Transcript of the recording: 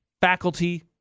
faculty